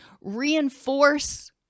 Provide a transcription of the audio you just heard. reinforce